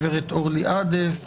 עורכת הדין הגברת אורלי עדס,